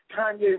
Kanye